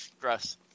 Gross